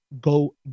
go